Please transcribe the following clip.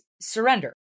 surrender